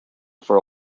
for